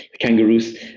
kangaroos